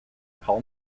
paul